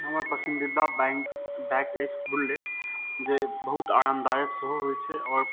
हमर पसन्दीदा बाइक अछि बुल्लेट जे बहुत आरामदायक सेहो होइ छै आओर